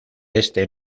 este